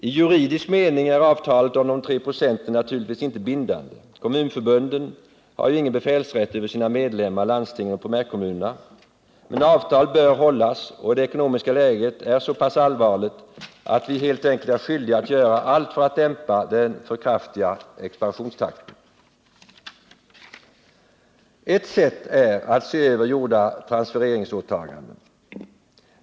I juridisk mening är avtalet om de tre procenten naturligtvis inte bindande - kommunförbunden har ju ingen befälsrätt över sina medlemmar landstingen och primärkommunerna — men avtal bör hållas, och det ekonomiska läget är så pass allvarligt att vi helt enkelt är skyldiga att göra allt för att dämpa den för kraftiga expansionstakten. Ett sätt är att se över gjorda transfereringsåtaganden.